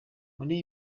muri